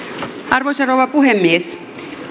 arvoisa rouva puhemies